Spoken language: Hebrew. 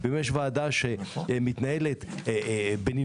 אם יש ועדה שמתנהלת בנינוחות,